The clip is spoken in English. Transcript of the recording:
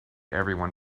everyone